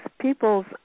peoples